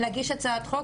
להגיש הצעת חוק,